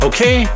Okay